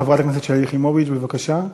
חברת הכנסת שלי יחימוביץ, בבקשה.